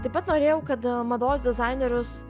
taip pat norėjau kad mados dizainerius